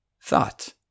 thought